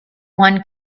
one